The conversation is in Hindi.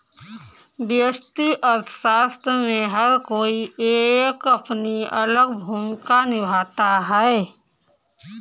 व्यष्टि अर्थशास्त्र में हर कोई एक अपनी अलग भूमिका निभाता है